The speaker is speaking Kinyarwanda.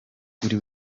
buri